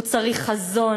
הוא צריך חזון.